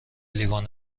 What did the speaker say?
لیوان